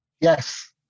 Yes